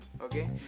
okay